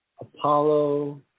Apollo